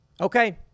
Okay